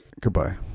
Goodbye